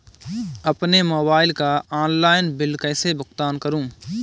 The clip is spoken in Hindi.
अपने मोबाइल का ऑनलाइन बिल कैसे भुगतान करूं?